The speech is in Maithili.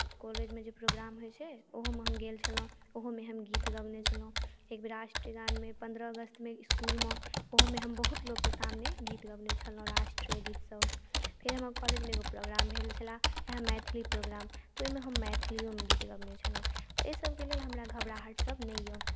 कॉलेजमे जे प्रोग्राम होइत छै ओहूमे हम गेल छलहुँ ओहूमे हम गीत गओने छलहुँ एकबेर राष्ट्रगानमे पन्द्रह अगस्तमे इस्कुलमे ओहोमे हम बहुत लोकके सामने गीत गओने छलहुँ राष्ट्रीय गीतसभ फेर हमर कॉलेजमे एगो प्रोग्राम भेल छलए इएह मैथिली प्रोग्राम तऽ ओहिमे हम मैथिलिओमे गीत गओने छलहुँ तऽ एहिसभके लेल हमरा घबराहटसभ नहि यए